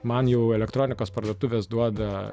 man jau elektronikos parduotuvės duoda